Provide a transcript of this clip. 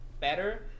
better